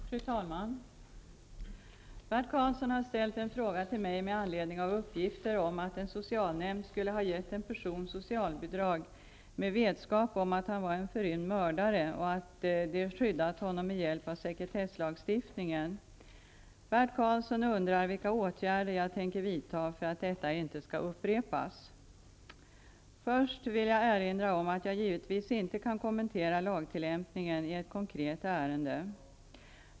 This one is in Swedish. Fru talman! Bert Karlsson har ställt en fråga till mig med anledning av uppgifter om att en socialnämnd skulle ha gett en person socialbidrag med vetskap om att han var en förrymd mördare och att de skyddat honom med hjälp av sekretesslagstiftningen. Bert Karlsson undrar vilka åtgärder jag tänker vidta för att detta inte skall upprepas. Först vill jag erinra om att jag givetvis inte kan kommentera lagtillämpningen i ett konkret ärende.